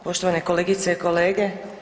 Poštovane kolegice i kolege.